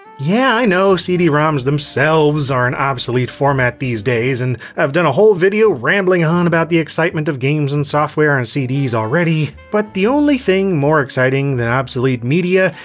yeah i know, cd-roms themselves are an obsolete format these days, and i've done a whole video rambling on about the excitement of games and software on and cds already. but the only thing more exciting than obsolete media?